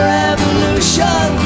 revolution